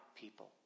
people